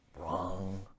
wrong